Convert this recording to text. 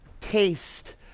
taste